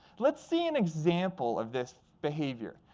let's see an example of this behavior.